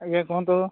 ଆଜ୍ଞା କୁହନ୍ତୁ